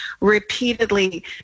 repeatedly